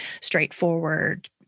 straightforward